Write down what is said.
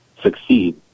succeed